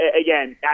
again